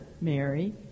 Mary